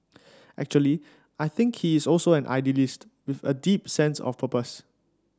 actually I think he is also an idealist with a deep sense of purpose